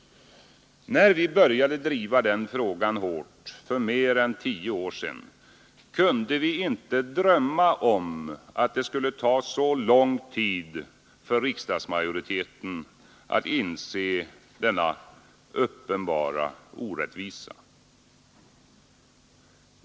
När vi började driva den frågan hårt för mer än tio år sedan, kunde vi inte drömma om att det skulle ta så lång tid för riksdagsmajoriteten att inse denna uppenbara orättvisa.